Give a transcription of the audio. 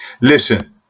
Listen